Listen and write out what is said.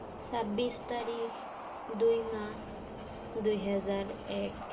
ছাব্বিছ তাৰিখ দুই মাহ দুহেজাৰ এক